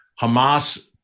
Hamas